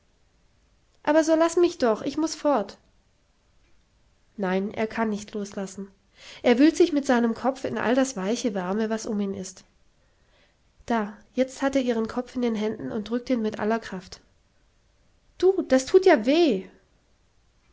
aber so laß mich doch ich muß fort nein er kann nicht loslassen er wühlt sich mit seinem kopf in all das weiche warme was um ihn ist da jetzt hat er ihren kopf in den händen und drückt ihn mit aller kraft du das thut ja weh